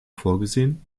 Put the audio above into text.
vorgesehen